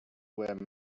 were